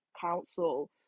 council